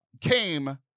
came